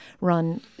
run